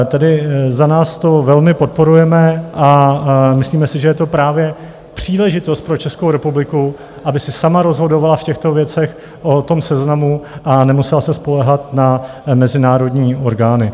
Tedy za nás to velmi podporujeme a myslíme si, že je to právě příležitost pro Českou republiku, aby si sama rozhodovala v těchto věcech o tom seznamu a nemusela se spoléhat na mezinárodní orgány.